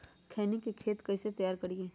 खैनी के खेत कइसे तैयार करिए?